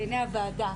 בעיניי הוועדה,